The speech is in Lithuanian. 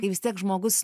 kai vis tiek žmogus